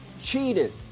cheated